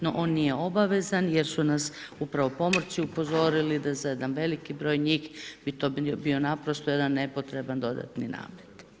No, on nije obavezan jer su nas upravo pomorci upozorili da za jedan veliki broj njih bi to bio naprosto jedan nepotreban dodatni namet.